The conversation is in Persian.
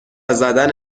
زدن